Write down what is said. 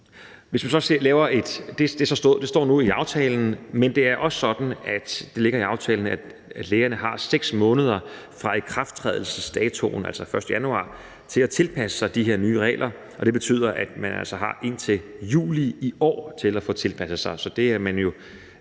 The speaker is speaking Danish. Det står nu i aftalen, men det er også sådan, at det ligger i aftalen, at lægerne har 6 måneder fra ikrafttrædelsesdatoen, altså den 1. januar, til at tilpasse sig de her nye regler, og det betyder, at man altså har indtil juli i år til at få tilpasset sig.